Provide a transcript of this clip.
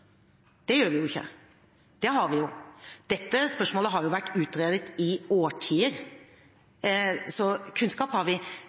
Det gjør vi ikke, det har vi jo. Dette spørsmålet har vært utredet i årtier, så kunnskap har vi.